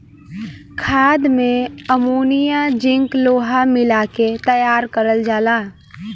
खाद में ammonia zinc लोहा मिला के तैयार करल जाला